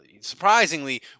surprisingly